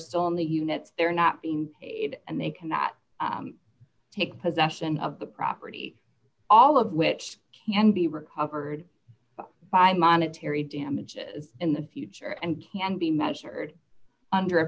still in the units they're not being paid and they cannot take possession of the property all of which can be recovered by monetary damages in the future and can be measured under a